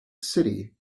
city